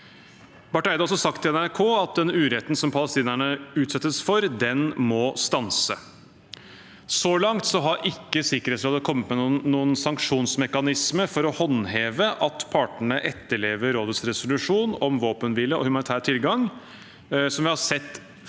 Barth Eide har også sagt til NRK at den uretten som palestinerne utsettes for, må stanse. Så langt har ikke Sikkerhetsrådet kommet med noen sanksjonsmekanismer for å håndheve at partene etterlever rådets resolusjon om våpenhvile og humanitær tilgang, som vi har sett